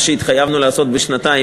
מה שהתחייבנו לעשות בשנתיים,